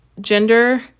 gender